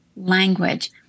Language